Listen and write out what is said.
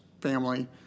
family